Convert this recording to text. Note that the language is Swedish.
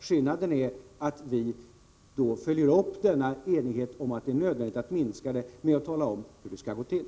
Skillnaden är att vi fullföljer denna enighet om att det är nödvändigt att genomföra minskningar genom att tala om hur det skall gå till.